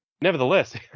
nevertheless